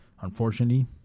unfortunately